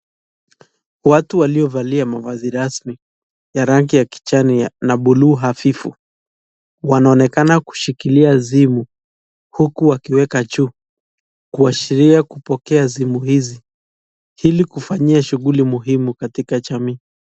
Watu waliovalia mavazi rasmi ya rangi ya kijani na bluu hafifu ,wanaonekana kushikilia simu huku wakiweka juu kuashiria kupokea simu hizi ili kufanyia shughuli muhimu katika jamii.